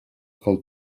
con